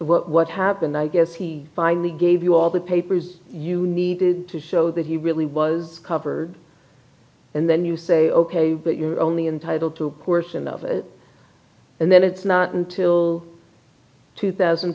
sure what happened i guess he finally gave you all the papers you needed to show that he really was covered and then you say ok but you are only entitled to a portion of it and then it's not until two thousand